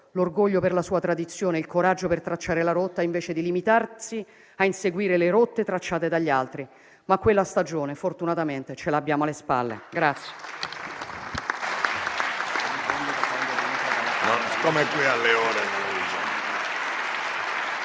l'orgoglio per la sua tradizione e il coraggio per tracciare la rotta, invece di limitarsi a inseguire le rotte tracciate dagli altri. Ma quella stagione fortunatamente ce l'abbiamo alle spalle. *(Vivi,